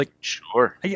Sure